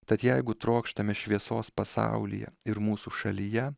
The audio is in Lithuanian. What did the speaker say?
tad jeigu trokštame šviesos pasaulyje ir mūsų šalyje